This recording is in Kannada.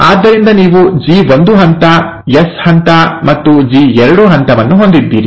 ಆದ್ದರಿಂದ ನೀವು ಜಿ1 ಹಂತ ಎಸ್ ಹಂತ ಮತ್ತು ಜಿ2 ಹಂತವನ್ನು ಹೊಂದಿದ್ದೀರಿ